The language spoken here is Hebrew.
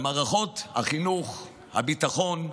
במערכות החינוך, הביטחון,